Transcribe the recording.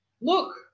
Look